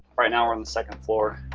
right now we're on the second floor